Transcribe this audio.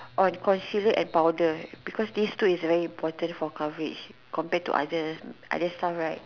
on concealer and powder because these two is very important for coverage compared to other other stuff right